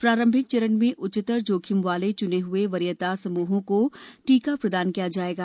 प्रारंभिक चरण में उच्चतर जोखिम वाले च्ने हुए वरीयता समूहों को टीका प्रदान किया जाएगा